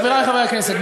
חברי חברי הכנסת,